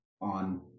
on